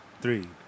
Three